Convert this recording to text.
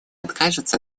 откажутся